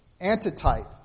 antitype